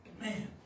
Man